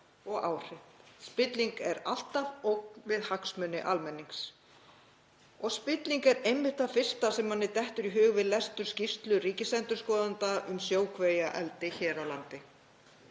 og áhrif. Spilling er alltaf ógn við hagsmuni almennings. — Og spilling er einmitt það fyrsta sem manni dettur í hug við lestur skýrslu Ríkisendurskoðunar um sjókvíaeldi hér á landi.